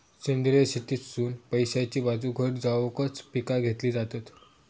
सेंद्रिय शेतीतसुन पैशाची बाजू घट जावकच पिका घेतली जातत